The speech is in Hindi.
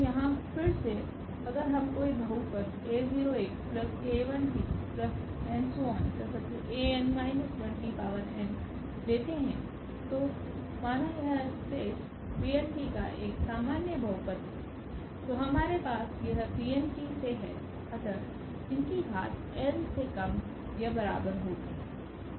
तो यहाँ फिर से अगर हम कोई बहुपद लेते हैं जो माना यह स्पेस Pn का एक सामान्य बहुपद है तो हमारे पास यह Pn से है अतः इनकी घात n से कम या बराबर होगी